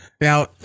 now